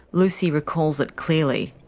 lucy recalls it clearly.